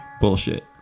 Bullshit